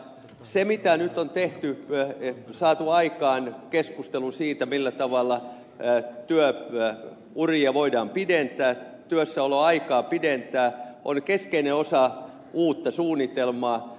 se mitä nyt on tehty saatu aikaan keskustelu siitä millä tavalla työuria voidaan pidentää työssäoloaikaa pidentää on keskeinen osa uutta suunnitelmaa